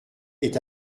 est